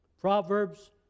Proverbs